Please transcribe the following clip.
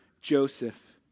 Joseph